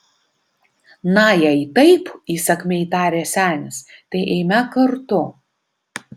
na jei taip įsakmiai tarė senis tai eime kartu